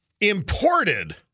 imported